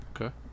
okay